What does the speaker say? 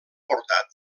portat